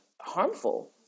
harmful